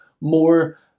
more